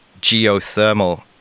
geothermal